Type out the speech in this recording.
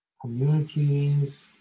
communities